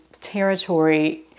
territory